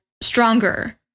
stronger